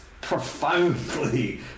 profoundly